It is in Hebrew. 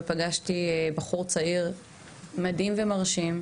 פגשתי שם בחור צעיר מדהים ומרשים,